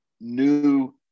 new